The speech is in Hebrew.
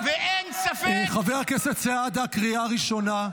--- חבר הכנסת סעדה, קריאה ראשונה.